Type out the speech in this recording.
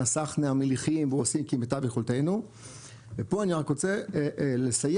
מהסחנה המליחים ועושים כמיטב יכולתנו ופה אני רק רוצה לסיים